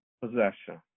possession